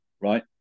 right